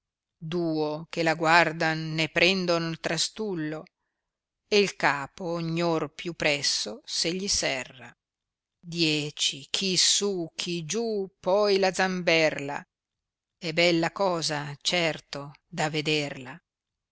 duo che la guardan ne prendon trastullo e capo ogn'or più presso se gli serra dieci chi su chi giù poi la zamberla è bella cosa certo da vederla